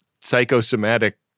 psychosomatic